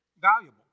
valuable